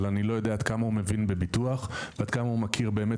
אבל אני לא יודע עד כמה הוא מבין בביטוח ועד כמה הוא מכיר באמת